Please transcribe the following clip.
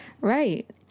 Right